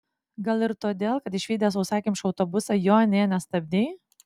gal ir todėl kad išvydęs sausakimšą autobusą jo nė nestabdei